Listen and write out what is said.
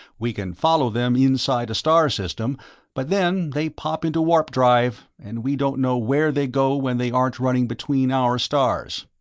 we can follow them inside a star-system, but then they pop into warp-drive, and we don't know where they go when they aren't running between our stars.